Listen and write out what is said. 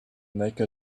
make